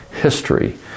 history